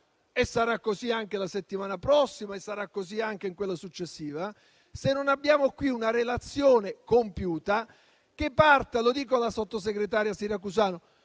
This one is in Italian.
e sarà così anche la settimana prossima come in quella successiva, se non avremo una relazione compiuta, che parta - lo dico alla sottosegretaria Siracusano